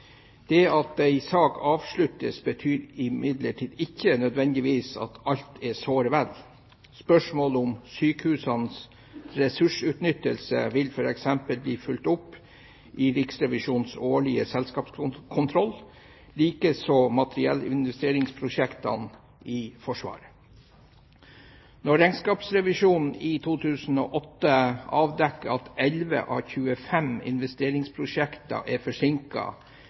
Det at en sak avsluttes, betyr imidlertid ikke nødvendigvis at alt er såre vel. Spørsmålet om sykehusenes ressursutnyttelse vil f.eks. bli fulgt opp i Riksrevisjonens årlige selskapskontroll, likeså materiellinvesteringsprosjektene i Forsvaret. Når regnskapsrevisjonen i 2008 avdekker at elleve av 25 investeringsprosjekter er